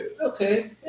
okay